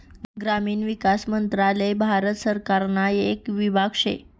ग्रामीण विकास मंत्रालय भारत सरकारना येक विभाग शे